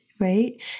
right